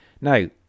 Now